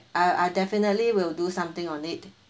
uh I definitely will do something on it